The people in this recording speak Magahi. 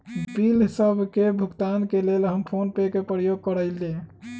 बिल सभ के भुगतान के लेल हम फोनपे के प्रयोग करइले